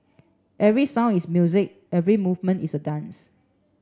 every sound is music every movement is a dance